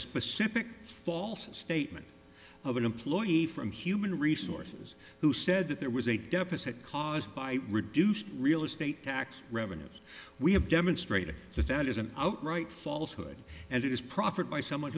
specific false statement of an employee from human resources who said that there was a deficit caused by reduced real estate tax revenues we have demonstrated that that is an outright falsehood and it is proffered by someone